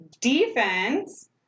defense